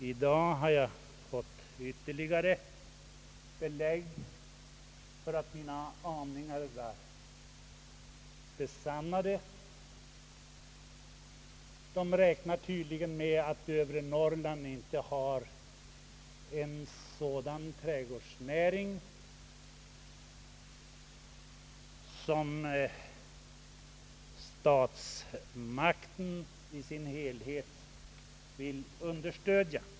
I dag har jag fått ytterligare belägg för mina aningar. Man räknar tydligen med att övre Norrland inte har en sådan trädgårdsnäring som statsmakterna vill understödja.